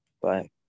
Bye